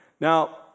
Now